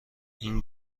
این